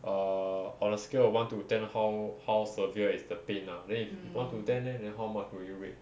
err on a scale of one to ten how how severe is the pain lah then if you one to ten leh then how much will you rate